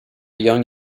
young